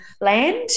land